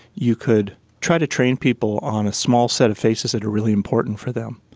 you could try to train people on a small set of faces that are really important for them.